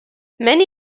many